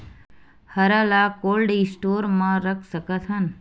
हरा ल cold store म रख सकथन?